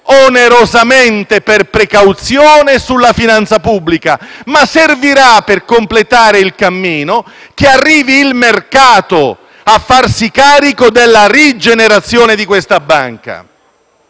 onerosamente per precauzione, sulla finanza pubblica; ma, per completare il cammino, servirà che il mercato si faccia carico della rigenerazione di questa banca.